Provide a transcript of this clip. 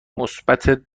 مثبت